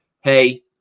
Hey